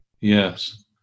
Yes